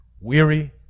weary